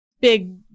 big